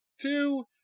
two